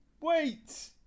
Wait